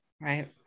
Right